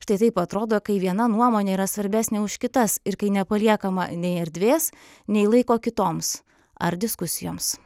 štai taip atrodo kai viena nuomonė yra svarbesnė už kitas ir kai nepaliekama nei erdvės nei laiko kitoms ar diskusijoms